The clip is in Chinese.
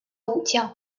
武将